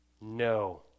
No